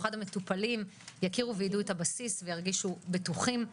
ובמיוחד המטופלים יכירו ויידעו את הבסיס וירגישו בטוחים.